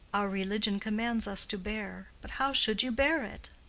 our religion commands us to bear. but how should you bear it?